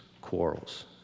quarrels